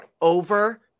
over